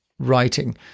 writing